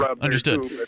Understood